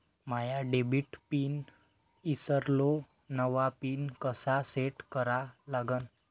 माया debit pin ईसरलो, नवा pin कसा सेट करा लागन?